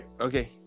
okay